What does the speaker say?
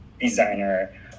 designer